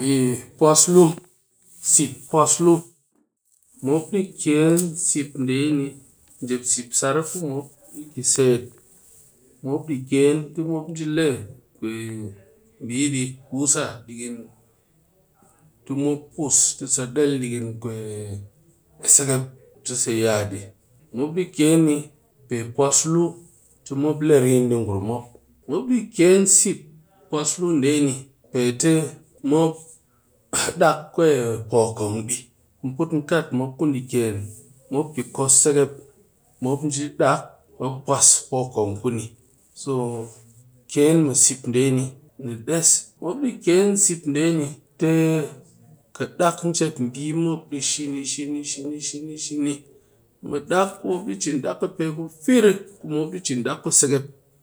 Seep pwas luu mop di ken seep nde ni njep seep sar ku moop di ki set moop ɗi ken ti mop nje le kusa dighin ti mop pus ti sa del dighin sekep ti nje sa ya di, mop di ken pe pwas luu tɨ le rin ɗi yi ngurum mop, mop di ken seep pwas luu nde ni pe ti mop dak kwe pokon di mu put mu kat mop kudi ken mop ki kos sekep mop nje dak pwas pokon kuni so ken mɨ seep nde ti ka dak bi di shini-shini mɨ dak ku pe ku fir mop di chin dak kuni seg.